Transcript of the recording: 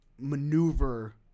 maneuver